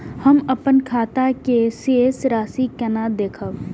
हम अपन खाता के शेष राशि केना देखब?